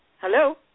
Hello